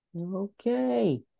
Okay